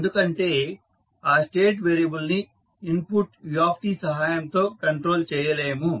ఎందుకంటే ఆ state variable ని ఇన్పుట్ uసహాయంతో కంట్రోల్ చేయలేము